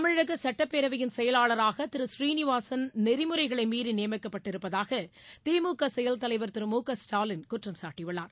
தமிழக சட்டப்பேரவையின் செயலாளராக சீனிவாசன் நெறிமுறைகளை மீறி திரு செயல் நியமிக்கப்பட்டிருப்பதாக திமுக தலைவர் திரு மு க ஸ்டாலின் குற்றம் சாட்டியுள்ளார்